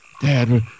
Dad